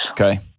Okay